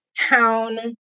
town